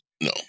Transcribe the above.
no